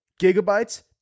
gigabytes